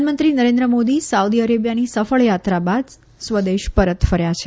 પ્રધાનમંત્રી નરેન્દ્ર મોદી સાઉદી અરેબિયાની સફળ યાત્રા બાદ સ્વદેશ પરત ફર્યા છે